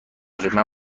جلومن